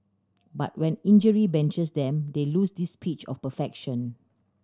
but when injury benches them they lose this pitch of perfection